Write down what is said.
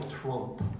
Trump